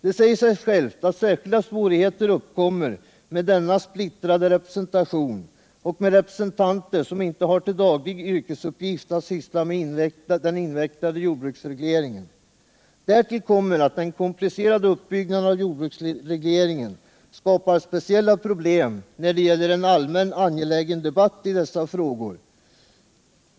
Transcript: Det säger sig självt att särskilda svårigheter uppkommer med denna splittrade representation och med representanter som inte har till yrkesuppgift att syssla med den invecklade jordbruksregleringen. Därtill kommer att den komplicerade uppbyggnaden av jordbruksregleringen skapar speciella problem när det gäller en allmän angelägen debatt i dessa frågor.